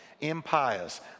impious